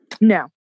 No